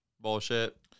bullshit